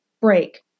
break